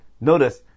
notice